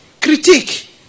critique